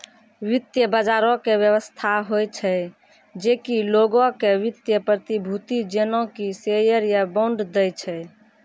वित्त बजारो के व्यवस्था होय छै जे कि लोगो के वित्तीय प्रतिभूति जेना कि शेयर या बांड दै छै